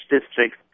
district